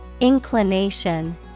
Inclination